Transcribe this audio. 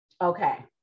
Okay